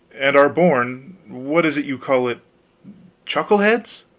and are born what is it you call it chuckleheads.